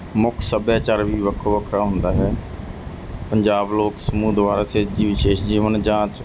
ਮੁੱਖ ਸੱਭਿਆਚਾਰ ਵੀ ਵੱਖੋ ਵੱਖਰਾ ਹੁੰਦਾ ਹੈ ਪੰਜਾਬ ਲੋਕ ਸਮੂਹ ਦੁਆਰਾ ਸਿਰਜੀ ਵਿਸ਼ੇਸ਼ ਜੀਵਨ ਜਾਂਚ